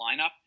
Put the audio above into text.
lineup